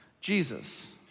Jesus